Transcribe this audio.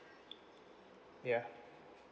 ya